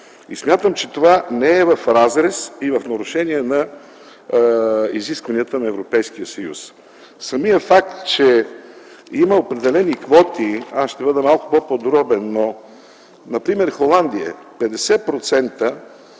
Смятам, че това не е в разрез и в нарушение на изискванията на Европейския съюз. Самият факт, че има определени квоти – ще бъда по-подробен – например операторите